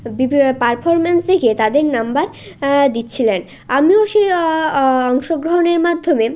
বিভি পারফরমেন্স দেখে তাদের নাম্বার দিচ্ছিলেন আমিও সেই অংশগ্রহণের মাধমে